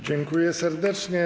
Dziękuję serdecznie.